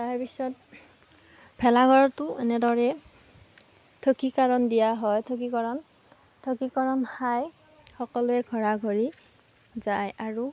তাৰ পিছত ভেলাঘৰতো এনেদৰে থকীকৰণ দিয়া হয় থকীকৰণ খাই সকলোৱে ঘৰা ঘৰি যায় আৰু